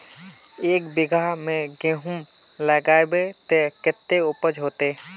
एक बिगहा में गेहूम लगाइबे ते कते उपज होते?